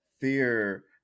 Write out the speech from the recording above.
fear